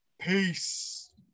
Peace